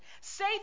Say